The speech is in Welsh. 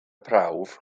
prawf